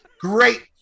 Great